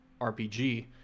rpg